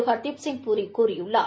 ஹர்தீப்சிங் பூரி கூறியுள்ளார்